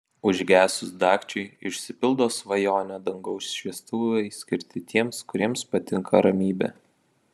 užgesus dagčiui išsipildo svajonė dangaus šviestuvai skirti tiems kuriems patinka ramybė